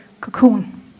cocoon